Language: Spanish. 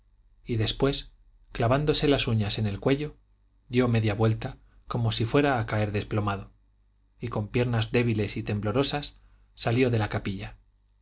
y después clavándose las uñas en el cuello dio media vuelta como si fuera a caer desplomado y con piernas débiles y temblonas salió de la capilla